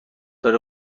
داره